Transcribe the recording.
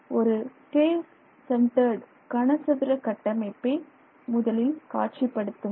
ஒரு face centred கன சதுர கட்டமைப்பை முதலில் காட்சிப் படுத்துங்கள்